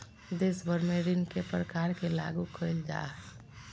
देश भर में ऋण के प्रकार के लागू क़इल जा हइ